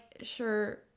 sure